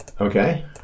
Okay